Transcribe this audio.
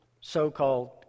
so-called